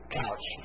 couch